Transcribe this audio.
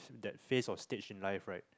that phase of stage in life right